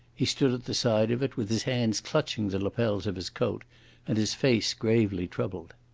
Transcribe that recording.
he stood at the side of it, with his hands clutching the lapels of his coat and his face gravely troubled.